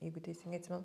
jeigu teisingai atsimenu